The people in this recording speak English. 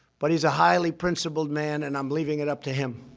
but he's a highly principled man, and i'm leaving it up to him.